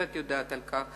ואת יודעת על כך.